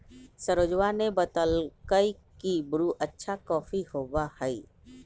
सरोजवा ने बतल कई की ब्रू अच्छा कॉफी होबा हई